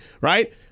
Right